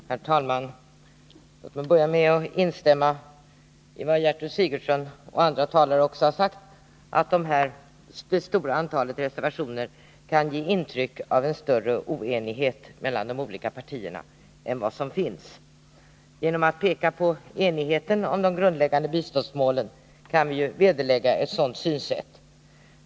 Herr talman! Låt mig börja med att instämma i vad Gertrud Sigurdsen och andra talare har sagt om att det stora antalet reservationer kan ge intryck av en större oenighet mellan de olika partierna än vad som finns. Genom att peka på enigheten om de grundläggande biståndsmålen kan vi vederlägga ett sådant synsätt.